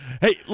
Hey